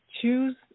Choose